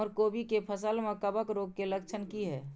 हमर कोबी के फसल में कवक रोग के लक्षण की हय?